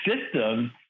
system